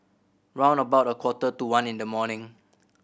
round about a quarter to one in the morning